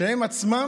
שהן עצמן